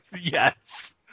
Yes